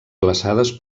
glaçades